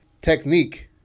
technique